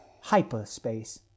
hyperspace